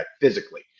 physically